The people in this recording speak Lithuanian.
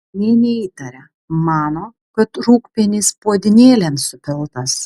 nė neįtaria mano kad rūgpienis puodynėlėn supiltas